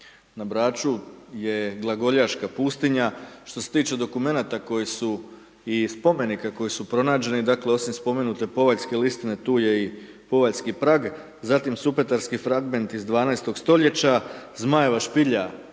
na Braču je glagoljaška pustinja, što se tiče dokumenata koji su i spomenika koji su pronađeni, dakle, osim spomenute Poveljske listine, tu je i Poveljski prag, zatim supetarski fragmenti iz 12.-og stoljeća, Zmajeva špilja